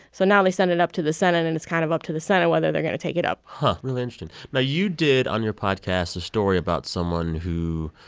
so now they send it up to the senate, and it's kind of up to the senate whether they're going to take it up but really interesting. now, you did on your podcast a story about someone who.